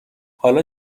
حالا